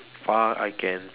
far I can